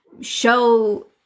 show